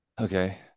Okay